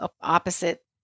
opposite